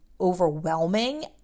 overwhelming